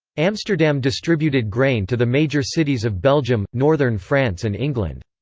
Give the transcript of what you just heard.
amsterdam distributed grain to the major cities of belgium, northern france and england.